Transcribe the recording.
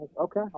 Okay